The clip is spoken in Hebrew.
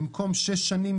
במקום שש שנים,